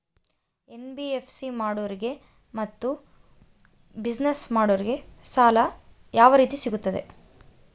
NBFC ಅನ್ನು ಬಳಸೋರಿಗೆ ಮತ್ತೆ ಬಿಸಿನೆಸ್ ಮಾಡೋರಿಗೆ ಯಾವ ರೇತಿ ಸಾಲ ಸಿಗುತ್ತೆ?